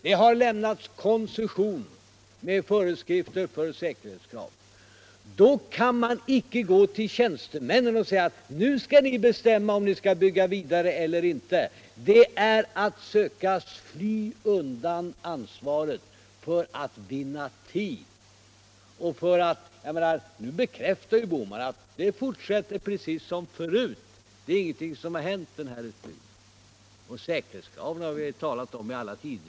Det har lämnats koncession med föreskrifter om säkerhetskrav. Då kan man icke gå till tjänstemännen och säga: Nu skall ni bestämma om ni skall bygga vidare eller inte. Det är att söka fly undan ansvaret för att vinna vuid. Nu bekräftar herr Bohman att allt fortsätter precis som förut. ingenting har hänt. Säkerhetskraven har vi ju talat om i alla tider.